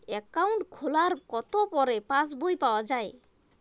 Account খোলার কতো পরে পাস বই পাওয়া য়ায়?